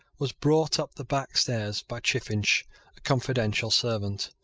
was brought up the back stairs by chiffinch confidential servant,